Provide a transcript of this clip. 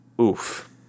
Oof